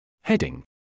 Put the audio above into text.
Heading